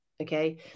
okay